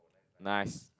nice